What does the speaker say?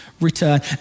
return